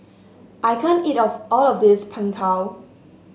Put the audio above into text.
I can't eat of all of this Png Tao